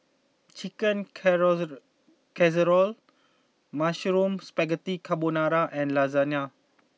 Chicken Casserole Mushroom Spaghetti Carbonara and Lasagna